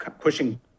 pushing